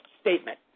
statement